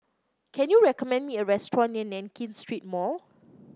can you recommend me a restaurant near Nankin Street Mall